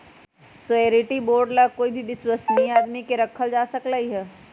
surety bond ला कोई भी विश्वस्नीय आदमी के रखल जा सकलई ह